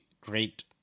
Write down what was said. great